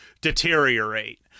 deteriorate